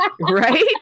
right